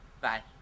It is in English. Bye